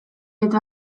eta